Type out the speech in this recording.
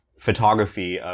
photography